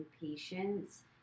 patience